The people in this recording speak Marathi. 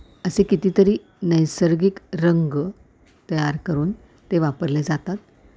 असे कितीतरी नैसर्गिक रंग तयार करून ते वापरले जातात